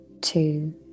two